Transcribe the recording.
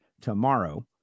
tomorrow